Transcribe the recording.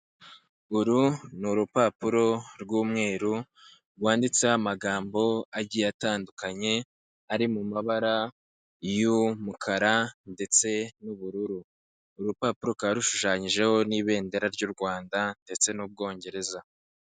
Uru ni urupapuro rw'umweru rwanditseho amagambo agiye atandukanye ari mu mabara y'umukara ndetse n'ubururu, uru rupapuro rukaba rushushanyijeho n'ibendera ry'u Rwanda ndetse n'Ubwongereza.